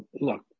Look